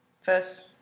first